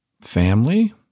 Family